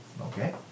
Okay